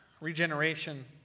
regeneration